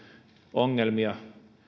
ongelmia